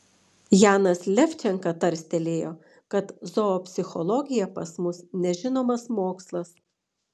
janas levčenka tarstelėjo kad zoopsichologija pas mus nežinomas mokslas